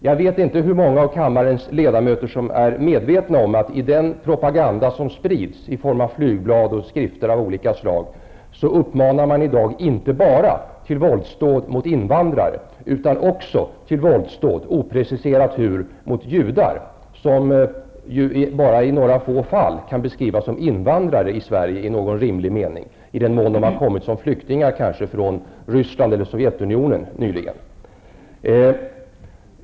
Jag vet inte hur många av kammarens ledamöter som är medvetna om att man i dag i den propaganda som sprids i form av flygblad och skrifter av olika slag uppmanar inte bara till våldsdåd mot invandrare utan också till våldsdåd -- opreciserat hur -- mot judar, som ju bara i några få fall i någon rimlig mening kan beskrivas som invandrare i Sverige, nämligen i den mån de nyligen har kommit som flyktingar från Ryssland eller Sovjetunionen.